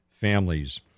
families